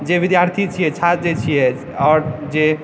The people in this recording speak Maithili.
जे विद्यार्थी छियै छात्र जे छियै आओर जे